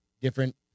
different